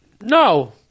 No